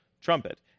trumpet